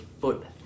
foot